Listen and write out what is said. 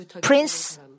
Prince